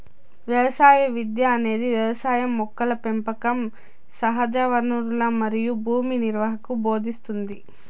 వ్యవసాయ విద్య అనేది వ్యవసాయం మొక్కల పెంపకం సహజవనరులు మరియు భూమి నిర్వహణను భోదింస్తుంది